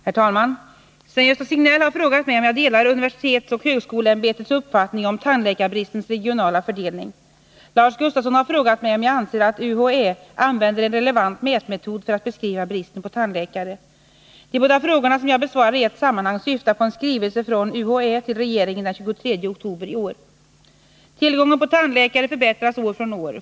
Herr talman! Sven-Gösta Signell har frågat mig om jag delar universitetsoch högskoleämbetets uppfattning om tandläkarbristens regionala fördelning. Lars Gustafsson har frågat mig om jag anser att UHÄ använder en relevant mätmetod för att beskriva bristen på tandläkare. De båda frågorna, som jag besvarar i ett sammanhang, syftar på en skrivelse från UHÄ till regeringen den 23 oktober i år. Tillgången på tandläkare förbättras år från år.